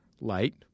light